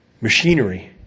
machinery